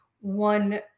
One